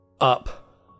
up